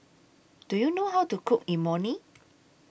Do YOU know How to Cook Imoni